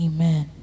Amen